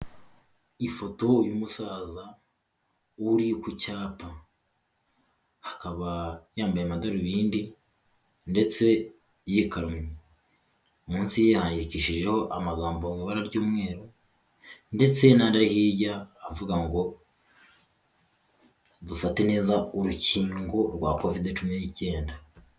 Ifoto y'umusaza uri ku cyapa akaba yambaye amadarubindi ndetse yikarumye. Munsi ye handikishijeho amagambo mu iba ry'umweru ndetse n'andi ari hirya avuga ngo dufate neza urukingo rwa kovide cumi n'icyenda.